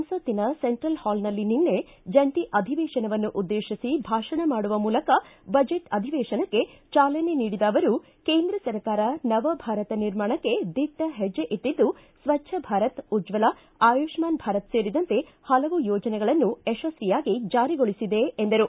ಸಂಸತ್ತಿನ ಸೆಂಟ್ರಲ್ ಹಾಲ್ನಲ್ಲಿ ನಿನ್ನೆ ಜಂಟಿ ಅಧಿವೇಶನವನ್ನು ಉದ್ದೇಶಿಸಿ ಭಾಷಣ ಮಾಡುವ ಮೂಲಕ ಬಜೆಟ್ ಅಧಿವೇಶನಕ್ಕೆ ಚಾಲನೆ ನೀಡಿದ ಅವರು ಕೇಂದ್ರ ಸರ್ಕಾರ ನವಭಾರತ ನಿರ್ಮಾಣಕ್ಕೆ ದಿಟ್ಟ ಹೆಜ್ಜೆ ಇಟ್ಟದ್ದು ಸ್ವಜ್ವ ಭಾರತ ಉಜ್ವಲ ಅಯುಷ್ಠಾನ ಭಾರತ್ ಸೇರಿದಂತೆ ಹಲವು ಯೋಜನೆಗಳನ್ನು ಯಶಸ್ವಿಯಾಗಿ ಜಾರಿಗೊಳಿಸಿದೆ ಎಂದರು